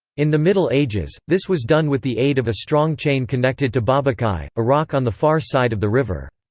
in the middle ages, this was done with the aid of a strong chain connected to babakaj, a rock on the far side of the river.